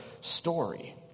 story